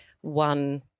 one